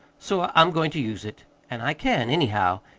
so i'm goin' to use it. an' i can, anyhow.